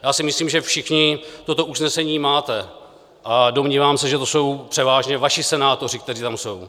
Já si myslím, že všichni toto usnesení máte, a domnívám se, že to jsou převážně vaši senátoři, kteří tam jsou.